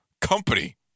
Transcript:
Company